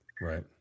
Right